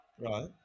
Right